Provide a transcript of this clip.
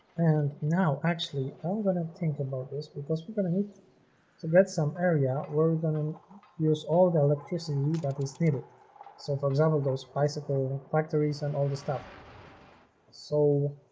and now actually i'm gonna think about this because we're gonna need to get some area we're gonna um use all the electricity that is needed so for example those bicycle factories and all the stuff so